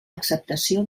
acceptació